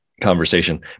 conversation